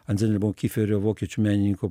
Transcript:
anzelmo kyferio vokiečių menininko